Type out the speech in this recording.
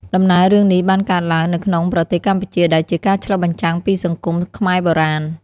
ដំណើររឿងនេះបានកើតឡើងនៅក្នុងប្រទេសកម្ពុជា ដែលជាការឆ្លុះបញ្ចាំងពីសង្គមខ្មែរបុរាណ។